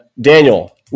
Daniel